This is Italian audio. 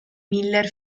miller